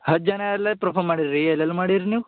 ಹತ್ತು ಜನ ಅಲ್ಲೆ ಪ್ರಫಾಮ್ ಮಾಡಿದ್ರಿ ಎಲೆಲ್ಲಿ ಮಾಡಿರ ನೀವು